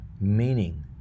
meaning